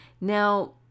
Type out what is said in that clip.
Now